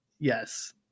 Yes